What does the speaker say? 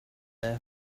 their